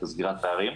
את סגירת הפערים.